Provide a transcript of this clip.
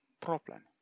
problem